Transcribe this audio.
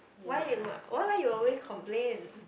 why you mu~ why why you always complain